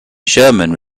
sherman